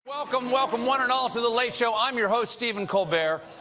welcome, welcome, one and all to the late show. i'm your host, stephen colbert.